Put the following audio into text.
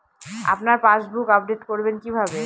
আপনার passbook update করবেন কিভাবে?